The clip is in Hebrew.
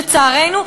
לצערנו,